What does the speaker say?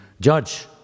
judge